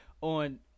On